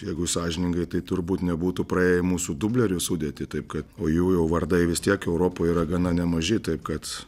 jeigu sąžiningai tai turbūt nebūtų praėję į mūsų dublerių sudėtį taip kad o jų jau vardai vis tiek europoje yra gana nemaži taip kad